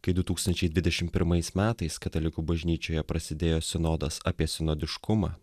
kai du tūkstančiai dvidešim pirmais metais katalikų bažnyčioje prasidėjo sinodas apie sinodiškumą